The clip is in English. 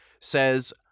says